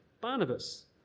Barnabas